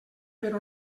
per